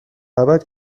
ابد